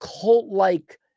cult-like